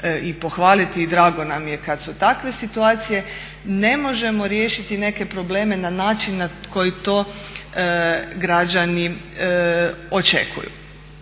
i pohvaliti i drago nam je kad su takve situacije, ne možemo riješiti neke probleme na način na koji to građani očekuju.